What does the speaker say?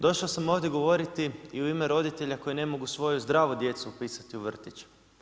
Došao sam ovdje govoriti i u ime roditelja koji ne mogu svoju zdravu djecu upisati u vrtić.